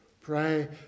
pray